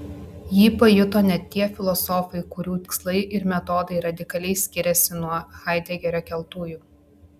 jį pajuto net tie filosofai kurių tikslai ir metodai radikaliai skiriasi nuo haidegerio keltųjų